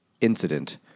incident